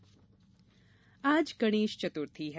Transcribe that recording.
गणेश चतुर्थी आज गणेश चतुर्थी है